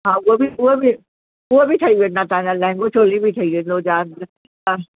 हा उहो बि उहो बि उहो बि ठही वेंदा तव्हांजा लहंगो चोली बि ठही वेंदो जा ॾींदा